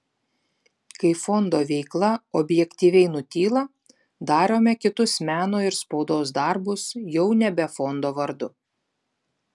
kai fondo veikla objektyviai nutyla darome kitus meno ir spaudos darbus jau nebe fondo vardu